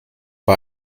bei